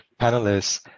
panelists